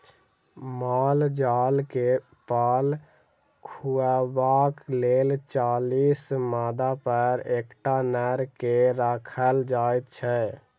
माल जाल के पाल खुअयबाक लेल चालीस मादापर एकटा नर के राखल जाइत छै